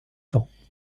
temps